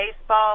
baseball